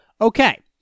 Okay